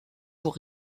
pour